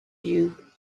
you